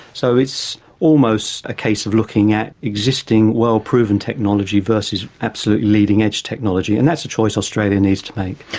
so it's almost a case of looking at existing well proven technology versus absolutely leading edge technology, and that's a choice australia needs to make.